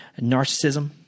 narcissism